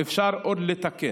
אפשר עוד לתקן.